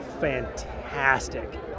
fantastic